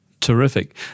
Terrific